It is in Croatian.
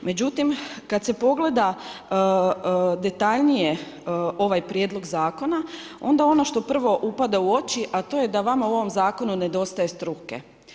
Međutim, kada se pogleda detaljnije ovaj prijedlog zakona onda ono prvo što upada u oči, a to je da u ovom zakonu nedostaje struke.